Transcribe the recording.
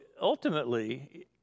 ultimately